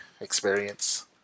experience